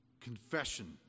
confession